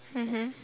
mmhmm